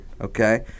Okay